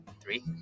Three